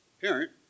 Parent